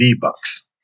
bucks